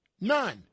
None